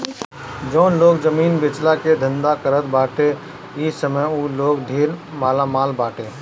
जउन लोग जमीन बेचला के धंधा करत बाटे इ समय उ लोग ढेर मालामाल बाटे